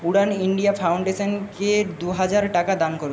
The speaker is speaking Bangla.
উড়ান ইন্ডিয়া ফাউন্ডেশানকে দুহাজার টাকা দান করুন